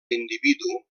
individu